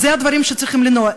אלה הדברים שצריכים למנוע.